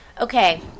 okay